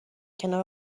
کنار